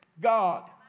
God